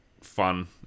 fun